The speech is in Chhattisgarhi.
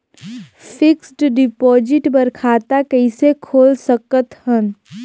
फिक्स्ड डिपॉजिट बर खाता कइसे खोल सकत हन?